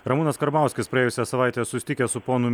ramūnas karbauskis praėjusią savaitę susitikęs su ponu